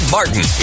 Martin